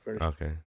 Okay